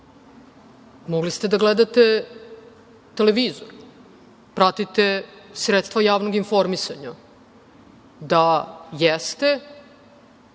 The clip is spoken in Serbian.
mogli ste da gledate televizor, pratite sredstva javnog informisanja. Da jeste,